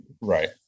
Right